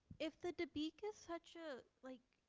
if the dabiq is such a like